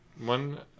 One